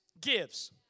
gives